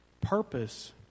Purpose